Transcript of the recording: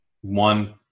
one